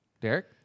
Derek